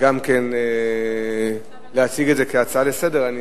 גם להציג את זה, כהצעה לסדר-היום.